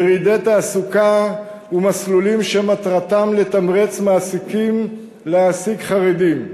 ירידי תעסוקה ומסלולים שמטרתם לתמרץ מעסיקים להעסיק חרדים.